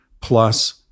plus